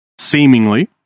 seemingly